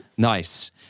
Nice